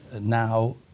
now